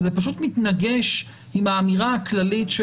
זה פשוט מתנגש עם האמירה הכללית של